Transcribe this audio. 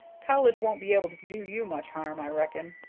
college won't be able to do you much harm, i reckon.